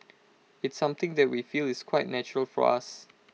it's something that we feel is quite natural for us